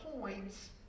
points